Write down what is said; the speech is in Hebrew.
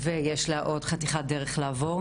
יכול להיות אגב שההנהלה עצמה לא מודעת לנתון הזה.